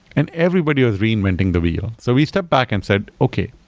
and everybody was reinventing the wheel. so we stepped back and said, okay.